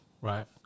right